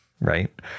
Right